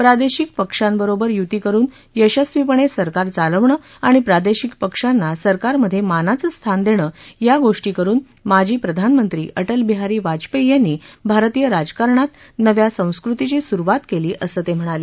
प्रादेशिक पक्षांबरोबर युती करुन यशस्वीपणे सरकार चालवणं आणि प्रादेशिक पक्षांना सरकारमधे मानाचं स्थान देणं या गोष्टी करुन माजी प्रधानमंत्री अटलबिहारी वाजपेयी यांनी भारतीय राजकारणात नव्या संस्कृतीची सुरुवात केली असं ते म्हणाले